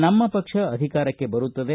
ನಮ್ಮ ಪಕ್ಷ ಅಧಿಕಾರಕ್ಕೆ ಬರುತ್ತದೆ